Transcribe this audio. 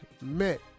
met